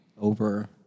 over